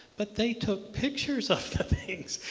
but they took pictures of the things.